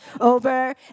over